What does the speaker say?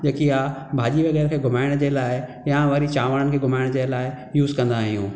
जेकी आहे भाॼी वग़ैरह खे घुमाइण जे लाइ या वरी चांवरनि खे घुमाइण जे लाइ यूज़ कंदा आहियूं